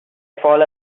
fall